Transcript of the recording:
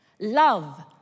Love